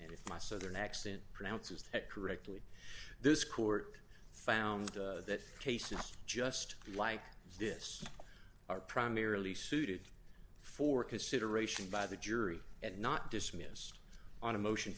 and if my southern accent pronounces it correctly this court found that cases just like this are primarily suited for consideration by the jury and not dismissed on a motion